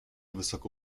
wysoko